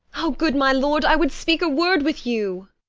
o, good my lord, i would speak a word with you!